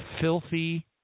filthy